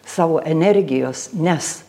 savo energijos nes